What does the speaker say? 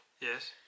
Yes